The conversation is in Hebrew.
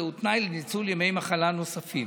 זהו תנאי לניצול ימי מחלה נוספים.